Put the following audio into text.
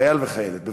חייל וחיילת.